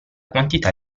quantità